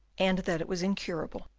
and that it was incurable.